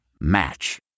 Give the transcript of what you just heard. Match